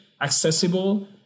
accessible